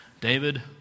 David